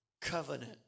covenant